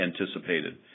anticipated